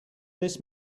this